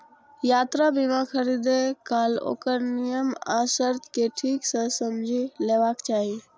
यात्रा बीमा खरीदै काल ओकर नियम आ शर्त कें ठीक सं समझि लेबाक चाही